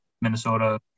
Minnesota